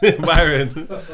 Byron